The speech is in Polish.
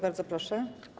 Bardzo proszę.